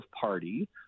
party